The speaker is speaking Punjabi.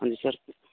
ਹਾਂਜੀ ਸਰ